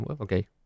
okay